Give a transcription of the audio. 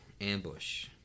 Ambush